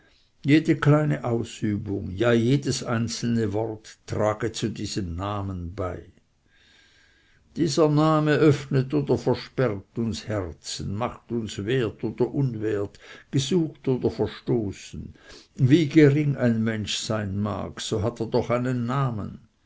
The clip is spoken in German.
jede kleine ausübung ja jedes einzelne wort trage zu diesem namen bei dieser name öffnet oder versperrt uns herzen macht uns wert oder unwert gesucht oder verstoßen wie gering ein mensch sein mag so hat er doch einen namen